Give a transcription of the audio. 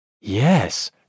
Yes